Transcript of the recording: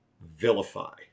vilify